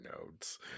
notes